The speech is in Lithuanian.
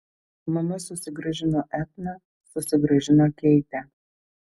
mama susigrąžino etną susigrąžino keitę